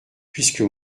puisque